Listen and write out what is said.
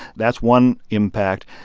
that's one impact.